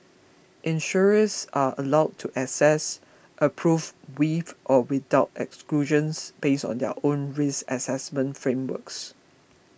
insurers are allowed to assess approve with or without exclusions based on their own risk assessment frameworks